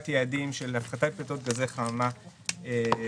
יעדים של הפחתת פליטת גזי חממה שקיים.